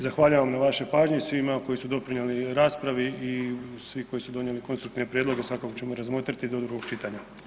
Zahvaljujem vam na vašoj pažnji i svima koji su doprinijeli raspravi i svi koji su donijeli konstruktivne prijedloge svakako ćemo razmotriti do drugog čitanja.